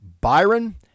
Byron